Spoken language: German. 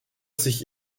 sich